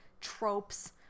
tropes